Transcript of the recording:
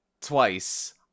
twice